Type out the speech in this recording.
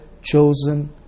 chosen